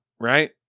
right